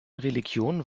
religion